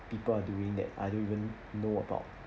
people are doing that I don't even know about